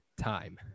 time